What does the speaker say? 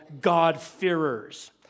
God-fearers